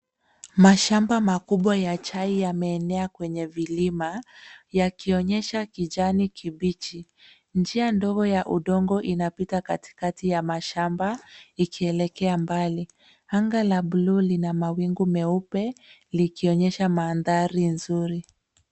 Mashamba makubwa ya chai yameenea kwenye vilima yakionyesha kijani kibichi, njia ndogo ya udongo inapita katikati ya mashamba ikielekea mbali, anga la bluu lina mawingu meupe likionyesha mandhari nzuri.